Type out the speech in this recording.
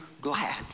glad